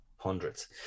hundreds